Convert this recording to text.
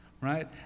right